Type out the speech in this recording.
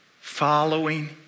following